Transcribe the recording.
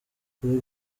kuri